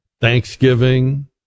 Thanksgiving